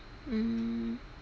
mm